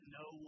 no